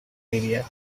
area